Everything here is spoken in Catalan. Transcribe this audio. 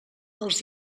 els